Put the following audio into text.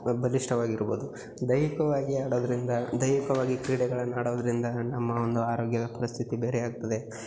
so ಬಲಿಷ್ಟವಾಗಿರ್ಬೋದು ದೈಹಿಕವಾಗಿ ಆಡೋದರಿಂದ ದೈಹಿಕವಾಗಿ ಕ್ರೀಡೆಗಳನ್ನು ಆಡೋದರಿಂದ ನಮ್ಮ ಒಂದು ಆರೋಗ್ಯದ ಪರಿಸ್ಥಿತಿ ಬೇರೆ ಆಗ್ತದೆ